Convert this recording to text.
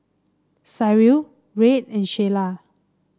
Cyril Reid and Shayla